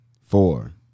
Four